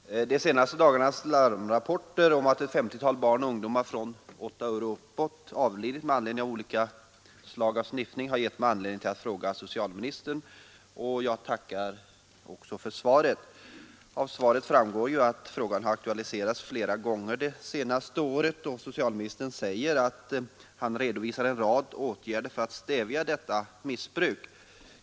Herr talman! De senaste dagarnas alamerande rapporter om att ett 50-tal barn och ungdomar från åtta år och uppåt har avlidit på grund av olika slag av sniffning har givit mig anledning att fråga socialministern som jag gjort, och jag tackar nu för svaret. Av svaret framgår att frågan har aktualiserats flera gånger under det senaste året, och socialministern hänvisar till en rad åtgärder för att stävja missbruket.